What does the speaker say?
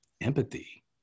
empathy